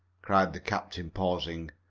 cried the captain, pausing.